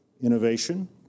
innovation